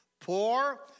Poor